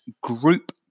group